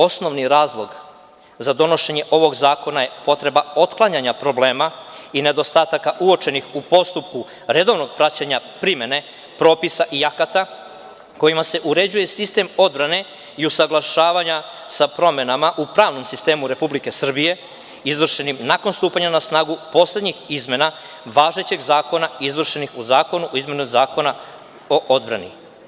Osnovni razlog za donošenje ovog zakona je potreba otklanjanja problema i nedostataka uočenih u postupku redovnog praćenja primene propisa i akata, a kojima se uređuje sistem odbrane i usaglašavanja sa promenama u pravnom sistemu Republike Srbije izvršenim nakon stupanja na snagu poslednjih izmena važećeg zakona izvršenih u zakonu o izmeni Zakona o odbrani.